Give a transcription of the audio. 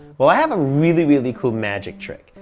well, i have a really, really cool magic trick,